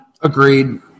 Agreed